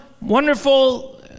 wonderful